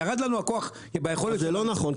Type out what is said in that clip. ירד לנו הכוח ביכולת --- אבל זה לא נכון,